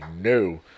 no